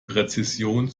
präzision